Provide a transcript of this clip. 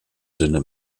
sinne